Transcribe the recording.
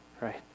right